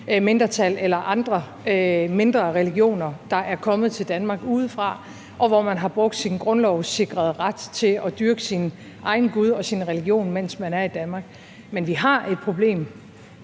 mindretal eller andre mindre religioner, der er kommet til Danmark udefra, og hvor man har brugt sin grundlovssikrede ret til at dyrke sin egen gud og sin religion, mens man er i Danmark, men vi har et problem